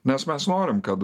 nes mes norim kad